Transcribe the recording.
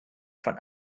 von